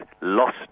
lost